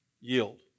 Yield